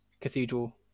cathedral